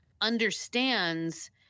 understands